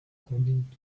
according